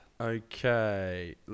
Okay